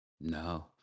No